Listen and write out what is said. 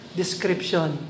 description